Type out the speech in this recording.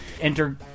enter